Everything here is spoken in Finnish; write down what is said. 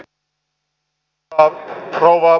arvoisa rouva puhemies